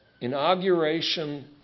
inauguration